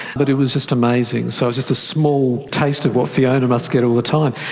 but it was just amazing, so just a small taste of what fiona must get all the time.